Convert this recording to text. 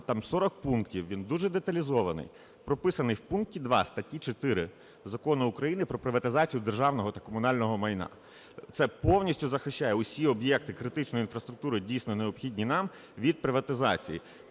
там сорок пунктів, він дуже деталізований, прописаний в пункті 2 статті 4 Закону України "Про приватизацію державного та комунального майна". Це повністю захищає усі об'єкти критичної інфраструктури, дійсно необхідні нам, від приватизації.